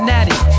Natty